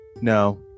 No